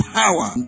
power